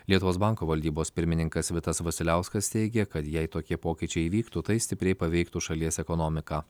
lietuvos banko valdybos pirmininkas vitas vasiliauskas teigė kad jei tokie pokyčiai įvyktų tai stipriai paveiktų šalies ekonomiką